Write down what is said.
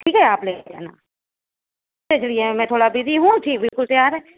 ٹھیک ہے آپ لے کے جانا میں تھوڑا بزی ہوں جی بالکل تیار ہے